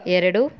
ಎರಡು